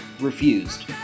refused